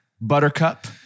Buttercup